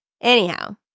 anyhow